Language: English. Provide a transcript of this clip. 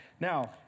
Now